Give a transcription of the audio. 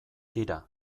tira